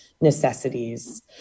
necessities